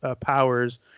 powers